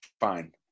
fine